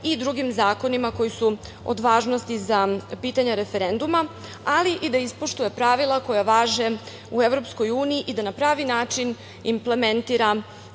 i drugim zakonima koji su od važnosti za pitanje referenduma, ali i da ispoštuje pravila koja važe u EU i da na pravi način implementira